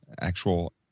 actual